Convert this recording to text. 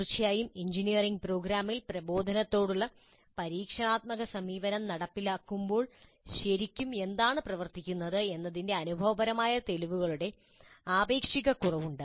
തീർച്ചയായും എഞ്ചിനീയറിംഗ് പ്രോഗ്രാമിൽ പ്രബോധനത്തോടുള്ള പരീക്ഷണാത്മക സമീപനം നടപ്പിലാക്കുമ്പോൾ ശരിക്കും എന്താണ് പ്രവർത്തിക്കുന്നത് എന്നതിന്റെ അനുഭവപരമായ തെളിവുകളുടെ ആപേക്ഷിക കുറവുണ്ട്